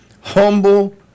humble